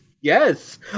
Yes